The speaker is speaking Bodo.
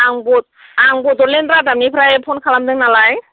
आं बड आं बड'लेण्ड रादाबनिफ्राय फन खालामदों नालाय